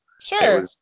sure